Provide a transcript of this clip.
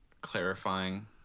clarifying